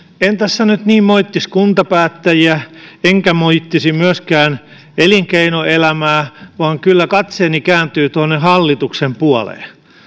en tässä nyt niin moittisi kuntapäättäjiä enkä moittisi myöskään elinkeinoelämää vaan kyllä katseeni kääntyy tuonne hallituksen puoleen